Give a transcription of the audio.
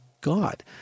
god